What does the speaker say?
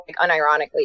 unironically